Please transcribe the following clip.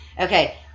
Okay